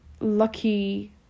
lucky